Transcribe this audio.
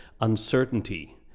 uncertainty